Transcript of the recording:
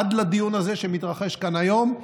עד לדיון הזה שמתרחש כאן היום,